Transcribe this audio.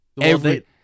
Every-